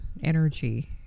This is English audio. energy